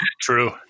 True